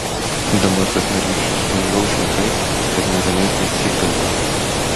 dabar tas mergišius užlauš ją taip kad negalės nė cyptelti